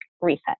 reset